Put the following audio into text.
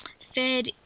fed